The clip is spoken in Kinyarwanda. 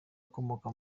ukomoka